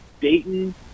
Dayton